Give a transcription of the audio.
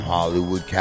Hollywood